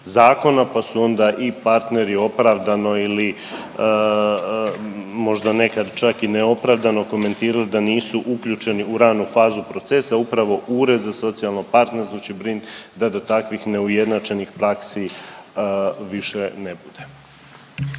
pa su onda i partneri opravdano ili možda nekad čak i neopravdano komentirali da nisu uključeni u ranu fazu procesa. Upravo Ured za socijalno partnerstvo će brinit da do takvih neujednačenih praksi više ne bude.